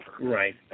Right